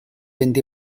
fynd